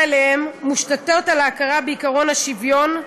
אליהן מושתתות על ההכרה בעקרון השוויון,